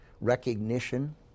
recognition